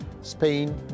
Spain